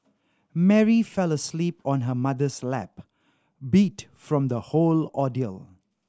Mary fell asleep on her mother's lap beat from the whole ordeal